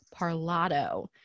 Parlato